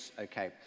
okay